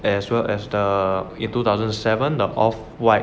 as well as the in two thousand seven the off white